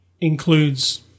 includes